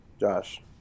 Josh